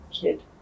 kid